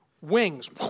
Wings